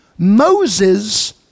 Moses